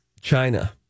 China